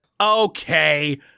Okay